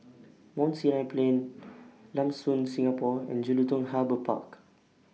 Mount Sinai Plain Lam Soon Singapore and Jelutung Harbour Park